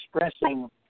expressing